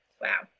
wow